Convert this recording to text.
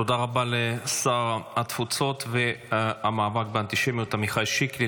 תודה רבה לשר התפוצות והמאבק באנטישמיות עמיחי שיקלי.